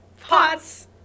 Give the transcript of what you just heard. Pots